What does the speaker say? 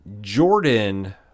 Jordan